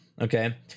Okay